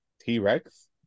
T-Rex